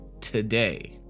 today